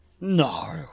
No